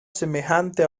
semejante